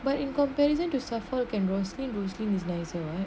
but in comparison to suffolk can rosaline boosting is nicer